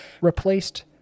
replaced